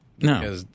No